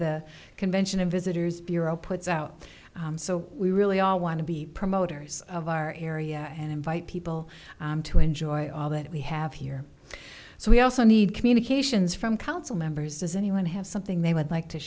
the convention and visitors bureau puts out so we really all want to be promoters of our area and invite people to enjoy all that we have here so we also need communications from council members does anyone have something they would like to